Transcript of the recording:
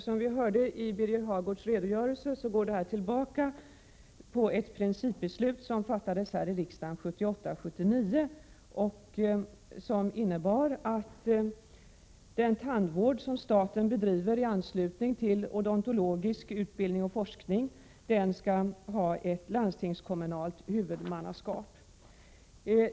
Som vi hörde i Birger Hagårds redogörelse går förslaget tillbaka till det principbeslut som fattades här i riksdagen under riksmötet 1978/79 och som innebar att den tandvård som staten bedriver i anslutning till odontologisk utbildning och forskning skall ha ett landstingskommunalt huvudmannaskap.